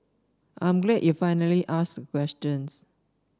I'm glad you finally asked questions